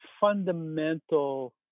fundamental